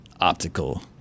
optical